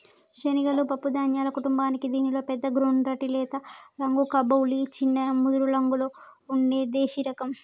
శనగలు పప్పు ధాన్యాల కుటుంబానికీ దీనిలో పెద్ద గుండ్రటి లేత రంగు కబూలి, చిన్న ముదురురంగులో ఉండే దేశిరకం